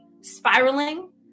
spiraling